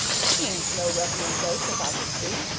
she ain't no revenue boat, as i can see.